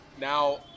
Now